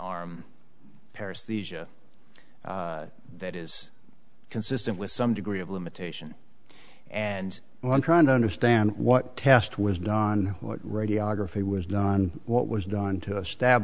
asia that is consistent with some degree of limitation and i'm trying to understand what test was done what radiography was done what was done to us stab